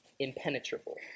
impenetrable